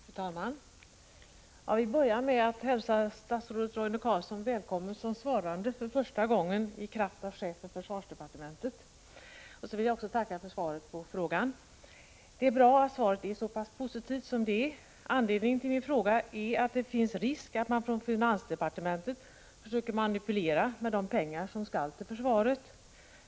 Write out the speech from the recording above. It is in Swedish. Fru talman! Jag vill börja med att hälsa statsrådet Roine Carlsson välkommen som svarare för första gången i sin egenskap av chef för försvarsdepartementet. Jag vill också tacka för svaret på frågan. Det är bra att det är så pass positivt som det är. Anledningen till min fråga är att det finns risk för att man inom finansdepartementet försöker manipulera med de pengar som skall gå till försvaret.